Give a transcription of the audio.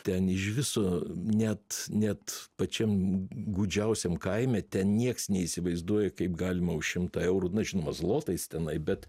ten iš viso net net pačiam gūdžiausiam kaime ten nieks neįsivaizduoja kaip galima už šimtą eurų na žinoma zlotais tenai bet